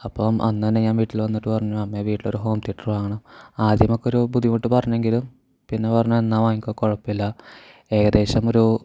അപ്പം അന്നുതന്നെ ഞാൻ വീട്ടിൽ വന്നിട്ട് പറഞ്ഞു അമ്മേ വീട്ടിലൊരു ഹോം തീയറ്റർ വാങ്ങണം ആദ്യമൊക്ക ഒരു ബുദ്ധിമുട്ട് പറഞ്ഞെങ്കിലും പിന്നെ പറഞ്ഞു എന്നാൽ വാങ്ങിക്കോ കുഴപ്പം ഇല്ല ഏകദേശം ഒരു